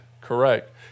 Correct